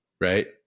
right